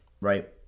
right